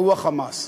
והוא ה"חמאס".